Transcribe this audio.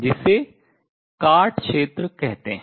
जिसे काट क्षेत्र कहतें है